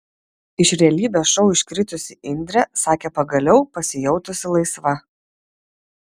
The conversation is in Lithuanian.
iš realybės šou iškritusi indrė sakė pagaliau pasijautusi laisva